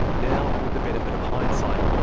now with the benefit of hindsight,